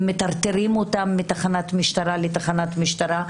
הם מטרטרים אותם מתחנת משטרה לתחנת משטרה,